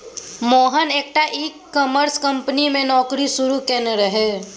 मोहन एकटा e commerce company मे नौकरी शुरू केने रहय